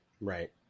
Right